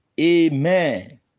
amen